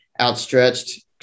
Outstretched